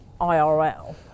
IRL